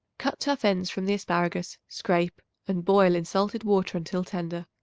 cut tough ends from the asparagus scrape and boil in salted water until tender.